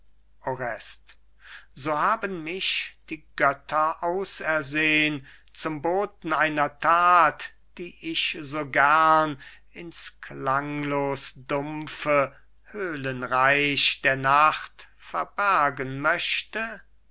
so haben mich die götter ausersehn zum boten einer that die ich so gern in's klanglos dumpfe höhlenreich der nacht verbergen möchte